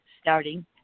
starting